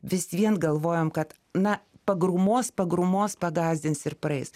vis vien galvojom kad na pagrūmos pagrūmos pagąsdins ir praeis